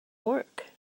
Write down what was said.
work